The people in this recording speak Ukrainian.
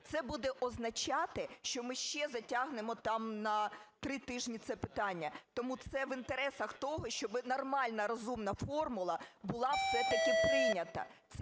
це буде означати, що ми ще затягнемо там на три тижні це питання. Тому це в інтересах того, щоби нормальна, розумна формула була все-таки прийнята.